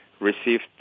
received